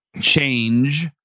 change